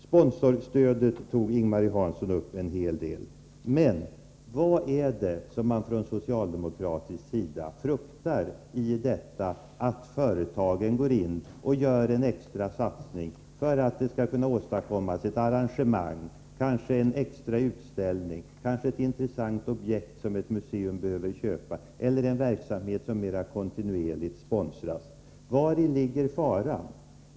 Sponsorstödet talade Ing-Marie Hansson en hel del om. Vad är det man från socialdemokratisk sida fruktar i detta att företagen går in och gör en extra satsning för att det skall kunna åstadkommas ett arrangemang eller anordnas en extra utställning eller för att ett museum skall kunna köpa ett intressant objekt? Vari ligger faran?